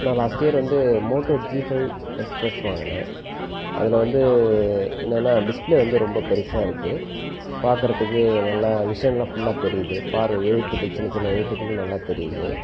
நான் last year வந்து Moto G five S plus வாங்கினேன் அதில் வந்து என்னென்னா டிஸ்ப்லே வந்து ரொம்ப பெருசாக இருக்குது பார்க்குறதுக்கே நல்லா விஷனெல்லாம் ஃபுல்லாக தெரியுது பார்வை எழுத்துக்கள் சின்ன சின்ன எழுத்துக்களும் நல்லா தெரியுது